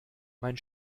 mein